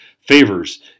favors